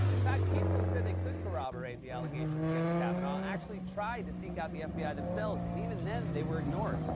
in fact, people who said they could corroborate the allegations against kavanaugh actually tried to seek out the fbi themselves, and even then, they were ignored.